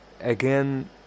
again